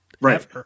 Right